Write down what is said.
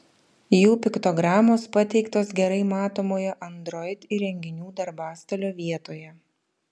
jų piktogramos pateiktos gerai matomoje android įrenginių darbastalio vietoje